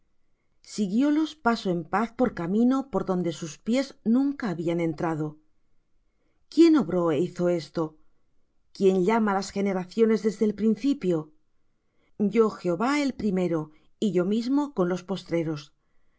arrebatadas siguiólos pasó en paz por camino por donde sus pies nunca habían entrado quién obró é hizo esto quién llama las generaciones desde el principio yo jehová el primero y yo mismo con los postreros las